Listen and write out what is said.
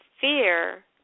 fear